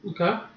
Okay